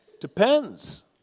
Depends